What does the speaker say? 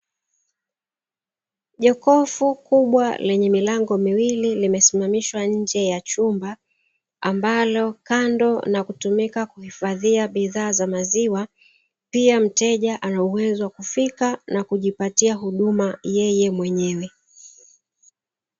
Jokofu kubwa lenye milango miwili limesimamishwa nje ya chumba ambalo kando na kutumika kuhifadhia bidhaa za maziwa, pia mteja ana uwezo wa kufika na kujipatia huduma yeye mwenyewe.